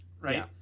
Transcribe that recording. right